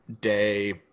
day